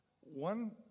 One